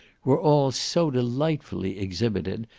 were all so delightfully exhibited,